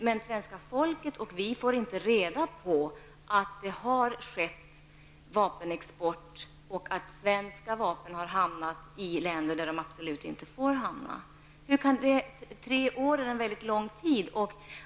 Men svenska folket och riksdagen får inte reda på att det har ägt rum vapenexport och att svenska vapen har hamnat i länder där de absolut inte bör hamna. Tre år är en mycket lång tid.